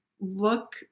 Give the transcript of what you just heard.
look